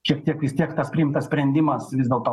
šiek tiek vis tiek tas priimtas sprendimas vis dėlto